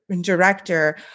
director